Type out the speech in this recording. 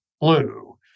blue